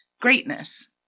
greatness